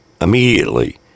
immediately